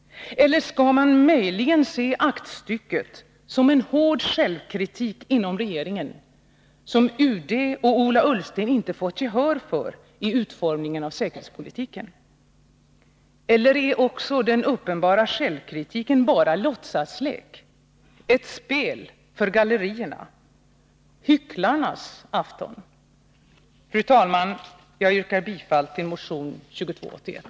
Eller skall man möjligen se aktstycket som en hård självkritik inom regeringen som UD och Ola Ullsten inte fått gehör för vid utformningen av säkerhetspolitiken? Eller är också den uppenbara självkritiken bara låtsaslek — ett spel för gallerierna? Hycklarnas afton? Fru talman! Jag yrkar bifall till motion 2281.